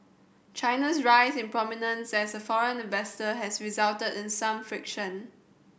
China's rise in prominence as a foreign investor has resulted in some friction